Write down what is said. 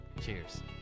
Cheers